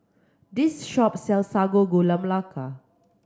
this shop sells Sago Gula Melaka